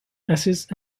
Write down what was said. assists